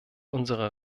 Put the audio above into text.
unsere